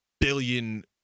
billion